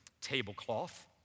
tablecloth